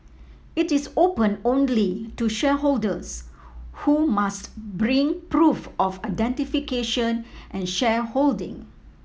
it is open only to shareholders who must bring proof of identification and shareholding